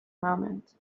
moment